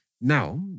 now